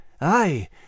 Aye